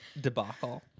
debacle